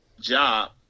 job